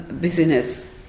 business